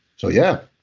so, yeah